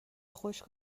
خشک